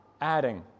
adding